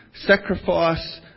sacrifice